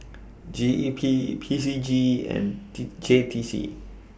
G E P P C G and T J T C